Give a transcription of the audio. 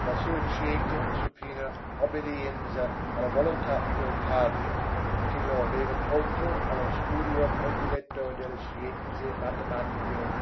la sua cieca supina obbedienza alla volontà del padre che lo aveva tolto allo studio prediletto delle scienze matematiche